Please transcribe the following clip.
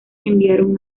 enviaron